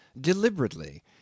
Deliberately